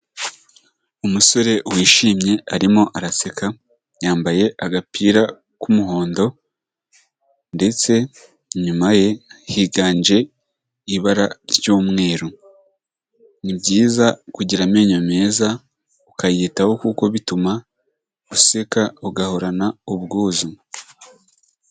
Umusore wishimye arimo araseka yambaye agapira k'umuhondo, ndetse inyuma ye higanje ibara ry'umweru. Ni byiza kugira amenyo meza ukayitaho kuko bituma useka ugahorana ubwuzu.